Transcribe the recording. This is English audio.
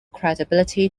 credibility